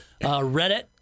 Reddit